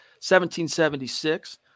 1776